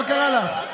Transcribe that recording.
מה קרה לך?